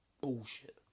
bullshit